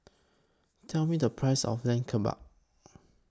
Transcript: Tell Me The Price of Lamb Kebabs